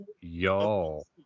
y'all